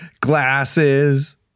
Glasses